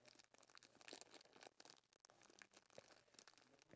I feel like ya I agree with what you say